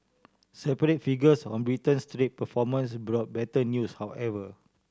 separate figures on Britain's trade performance brought better news however